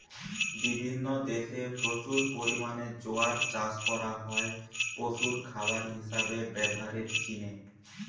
বিভিন্ন দেশে প্রচুর পরিমাণে জোয়ার চাষ করা হয় পশুর খাবার হিসাবে ব্যভারের জিনে